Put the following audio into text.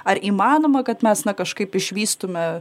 ar įmanoma kad mes na kažkaip išvystume